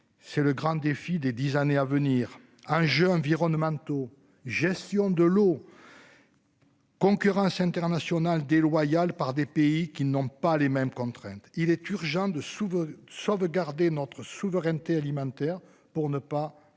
C'est le grand défi des 10 années à venir hein. Jeu environnementaux, gestion de l'eau. Concurrence internationale déloyale par des pays qui n'ont pas les mêmes contraintes, il est urgent de sous. Sauvegarder notre souveraineté alimentaire pour ne pas